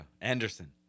Anderson